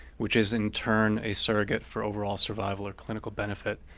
which is in turn a surrogate for overall survival or clinical benefit.